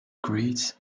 greed